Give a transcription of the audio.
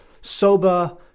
soba